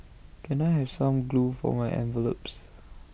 can I have some glue for my envelopes